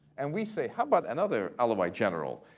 and we say, how about another alawite general?